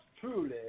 truly